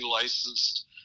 licensed